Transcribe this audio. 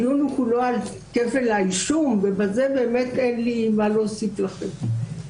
הדיון כולו על כפל האישום ובזה אין לי מה להוסיף לכם.